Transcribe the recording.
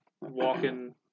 Walking